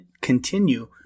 continue